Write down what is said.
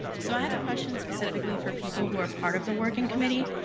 so i have a question specifically for people who are part of the working committee.